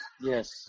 Yes